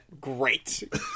great